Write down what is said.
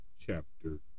chapter